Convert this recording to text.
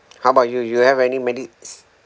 how about you you have any medical